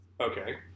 Okay